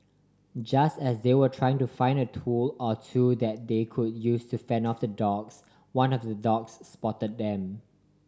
just as they were trying to find a tool or two that they could use to fend off the dogs one of the dogs spot them